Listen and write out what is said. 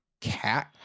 cat